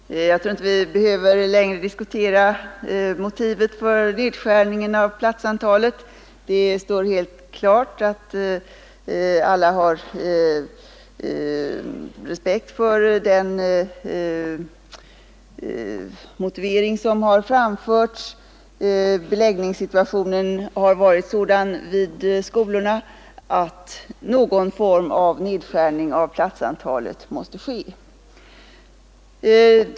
Fru talman! Jag tror inte vi längre behöver diskutera motivet för nedskärningen av platsantalet. Det står helt klart att alla har respekt för den motivering som framförts. Beläggningssituationen har varit sådan vid skolorna att någon form av nedskärning av platsantalet måste ske.